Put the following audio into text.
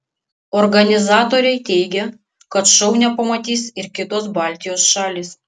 organizatoriai teigia kad šou nepamatys ir kitos baltijos šalys